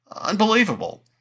unbelievable